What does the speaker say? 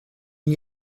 n’y